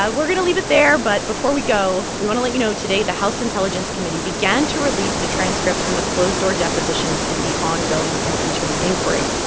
ah we're going to it there, but before we go, we want to let you know today the house intelligence committee began to release the transcripts from the closed-door depositions in the ongoing impeachment inquiry.